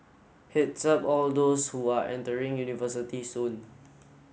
head's up all those who are entering university soon